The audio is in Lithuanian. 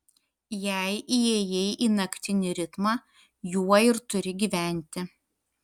jei įėjai į naktinį ritmą juo ir turi gyventi